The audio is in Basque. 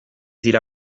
dira